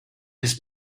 his